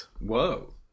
Whoa